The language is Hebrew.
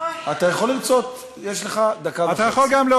של דברי רש"י והתורה.